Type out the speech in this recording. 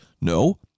No